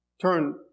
Turn